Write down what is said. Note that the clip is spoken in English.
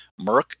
Merck